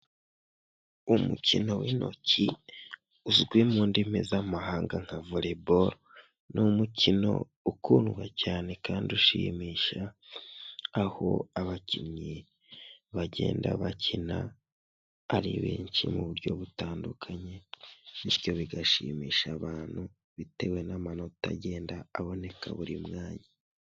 Amukino w'intoki uzwi mu ndimi z'amahanga nka voreboru ni umukino ukundwa cyane kandi ushimisha aho abakinnyi bagenda bakina ari benshi mu buryo butandukanye, bityo bigashimisha abantu bitewe n'amanota agenda aboneka buri mwanya.